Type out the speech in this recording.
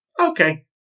Okay